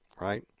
right